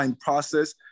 process